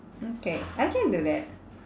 okay I can do that